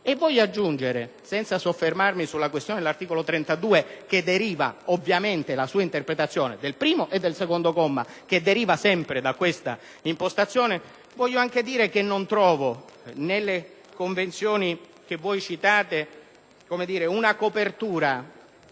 Voglio aggiungere (senza soffermarmi sulla questione dell'articolo 32, che deriva la sua interpretazione, del primo e del secondo comma, sempre da questa impostazione) che non trovo nelle Convenzioni che voi citate una copertura